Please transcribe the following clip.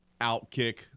Outkick